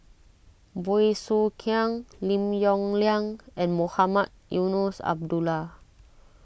Bey Soo Khiang Lim Yong Liang and Mohamed Eunos Abdullah